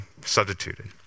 substituted